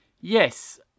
Yes